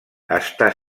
està